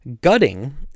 gutting